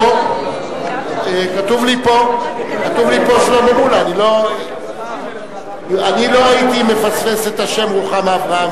אני לא הייתי מפספס את השם "רוחמה אברהם",